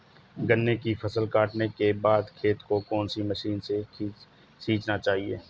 गन्ने की फसल काटने के बाद खेत को कौन सी मशीन से सींचना चाहिये?